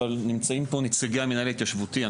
אבל נמצאים כאן נציגי המנהל ההתיישבותי.